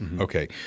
okay